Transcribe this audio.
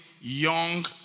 young